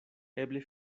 eble